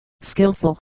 skillful